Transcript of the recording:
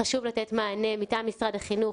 חשוב לתת מענה מטעם משרד החינוך,